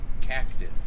Cactus